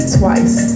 twice